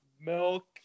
milk